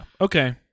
Okay